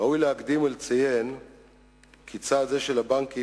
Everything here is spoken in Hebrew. ראוי להקדים ולציין כי צעד זה של הבנקים